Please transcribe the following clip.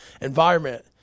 environment